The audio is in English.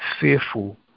fearful